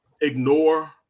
ignore